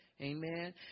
Amen